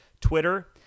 Twitter